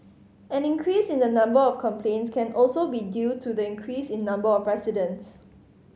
an increase in the number of complaints can also be due to the increase in number of residents